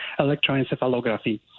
electroencephalography